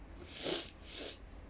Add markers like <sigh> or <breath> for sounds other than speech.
<breath> <breath>